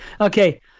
Okay